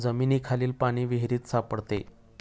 जमिनीखालील पाणी विहिरीत सापडते